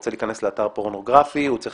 רוצה להיכנס לאתר פורנוגרפי הוא צריך